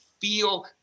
feel